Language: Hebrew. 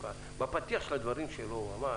בפתיח של דבריו הוא אמר